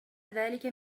ذلك